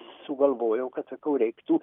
sugalvojau kad sakau reiktų